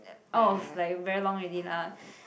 out of like very long already lah